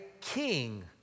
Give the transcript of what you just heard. king